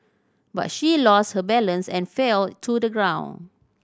but she lost her balance and fell to the ground